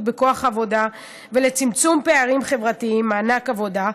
בכוח העבודה ולצמצום פערים חברתיים (מענק עבודה),